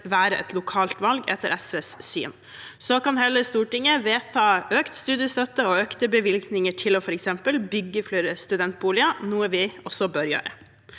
være et lokalt valg, og så kan heller Stortinget vedta økt studiestøtte og økte bevilgninger til f.eks. å bygge flere studentboliger, noe vi også bør gjøre.